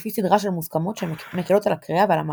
לפי סדרה של מוסכמות שמקלות על הקריאה ועל המעקב.